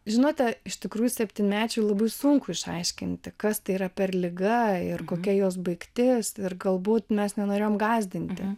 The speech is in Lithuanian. žinote iš tikrųjų septynmečiui labai sunku išaiškinti kas tai yra per liga ir kokia jos baigtis ir galbūt mes nenorėjom gąsdinti